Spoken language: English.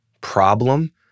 problem